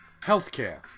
Healthcare